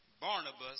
Barnabas